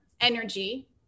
energy